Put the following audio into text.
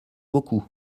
beaucoup